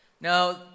Now